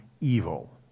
evil